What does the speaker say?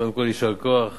קודם כול יישר כוח